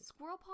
Squirrelpaw